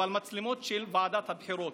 אבל מצלמות של ועדת הבחירות.